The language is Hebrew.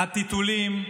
הטיטולים,